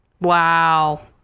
Wow